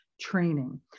training